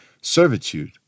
servitude